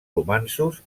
romanços